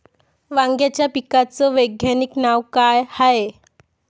वांग्याच्या पिकाचं वैज्ञानिक नाव का हाये?